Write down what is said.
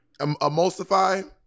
emulsify